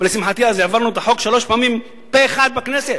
ולשמחתי אז העברנו את החוק שלוש פעמים פה-אחד בכנסת.